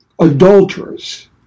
adulterers